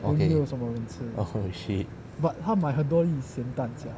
okay holy shit